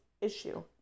issue